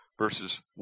verses